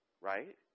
right